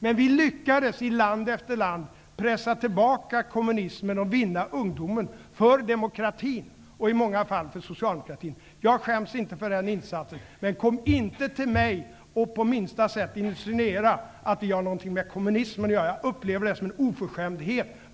Men vi lyckades i land efter land pressa tillbaka kommunismen och vinna ungdomen för demokratin, i många fall för socialdemokratin. Jag skäms inte för den insatsen. Men kom inte till mig och på minsta sätt insinuera att vi har någonting med kommunismen att göra! Det upplever jag som en oförskämdhet.